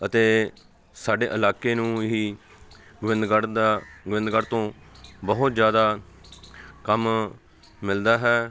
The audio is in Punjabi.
ਅਤੇ ਸਾਡੇ ਇਲਾਕੇ ਨੂੰ ਹੀ ਗੋਬਿੰਦਗੜ੍ਹ ਦਾ ਗੋਬਿੰਦਗੜ੍ਹ ਤੋਂ ਬਹੁਤ ਜ਼ਿਆਦਾ ਕੰਮ ਮਿਲਦਾ ਹੈ